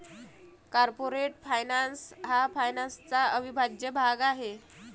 corporate finance हा फायनान्सचा अविभाज्य भाग आहे